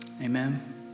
Amen